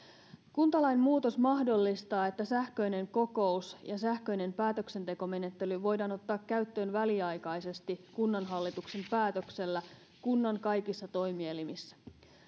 kuntalain muutos mahdollistaa että sähköinen kokous ja sähköinen päätöksentekomenettely voidaan ottaa käyttöön väliaikaisesti kunnanhallituksen päätöksellä kunnan kaikissa toimielimissä